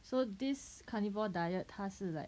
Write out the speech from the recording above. so this carnivore diet 它是 like